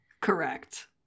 Correct